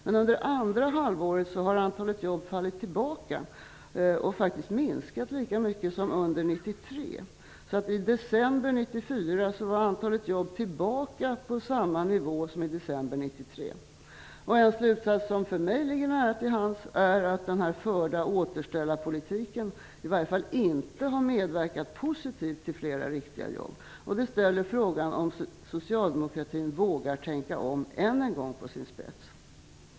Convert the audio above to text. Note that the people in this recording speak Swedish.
Men under andra halvåret har antalet jobb fallit tillbaka och faktiskt minskat lika mycket som de gjorde under 1993. I december 1994 var antalet jobb tillbaka på samma nivå som i december 1993. En slutsats som för mig ligger nära till hands är att den förda återställarpolitiken i varje fall inte har medverkat positivt till fler riktiga jobb. Det ställer än en gång frågan om socialdemokraterna vågar tänka om på sin spets.